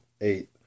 eight